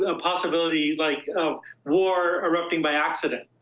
ah possibility like of war erupting by accident.